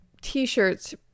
t-shirts